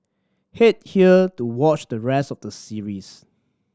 head here to watch the rest of the series